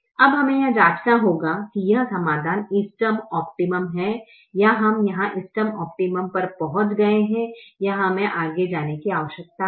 अब हमें यह जांचना होगा कि यह समाधान इष्टतम है या हम यहाँ इष्टतम पर पहुंच गए हैं या हमें आगे जाने की आवश्यकता है